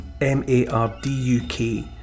M-A-R-D-U-K